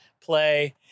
play